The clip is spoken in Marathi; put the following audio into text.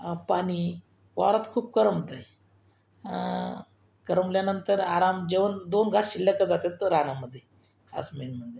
अ पानी वावरात खूप करमतंय करमल्यानंतर आराम जेवण दोन घास शिल्लक जातात तर रानामध्ये असं मेन म्हणजे